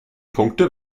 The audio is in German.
punkte